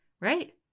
right